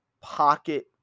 pocket